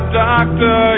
doctor